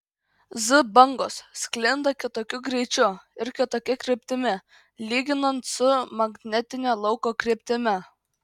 z bangos sklinda kitokiu greičiu ir kitokia kryptimi lyginant su magnetinio lauko kryptimi